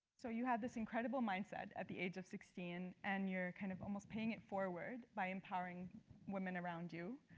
so, you had this incredible minset at the age of sixteen. and you're kind of almost paying it forward by empowering women around you.